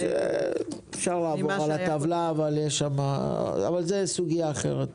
אפשר לעבור על הטבלה אבל זו סוגיה אחרת.